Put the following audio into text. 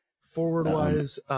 Forward-wise